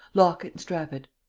lock it and strap it.